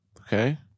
okay